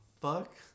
fuck